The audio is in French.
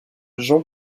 jean